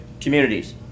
communities